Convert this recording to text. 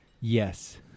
Yes